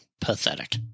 pathetic